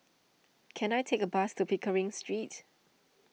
can I take a bus to Pickering Street